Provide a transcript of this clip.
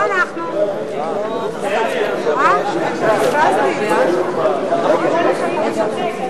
ההסתייגות לחלופין של חברת הכנסת רונית